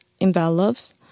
envelopes